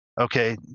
okay